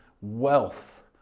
wealth